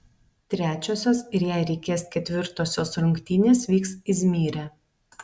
trečiosios ir jei reikės ketvirtosios rungtynės vyks izmyre